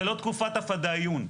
זה לא תקופת הפדאיון.